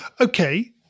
Okay